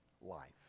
life